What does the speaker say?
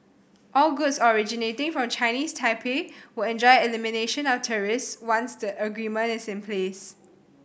all goods originating from Chinese Taipei will enjoy elimination of tariffs once the agreement is in place